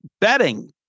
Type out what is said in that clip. Betting